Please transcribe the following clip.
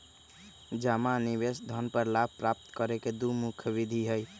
जमा आ निवेश धन पर लाभ प्राप्त करे के दु मुख्य विधि हइ